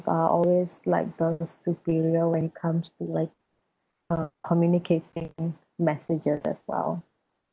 are always like the superior when it comes to like uh communicating messages as well